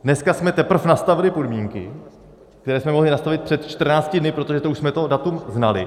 Dneska jsme teprve nastavili podmínky, které jsme mohli nastavit před 14 dny, protože jsme to datum už znali.